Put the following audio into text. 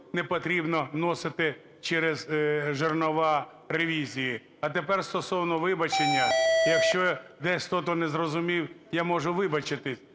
не потрібно вносити через "жернова" ревізії. А тепер стосовно вибачення. Якщо десь хто-то не зрозумів, я можу вибачитися.